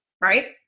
Right